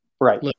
Right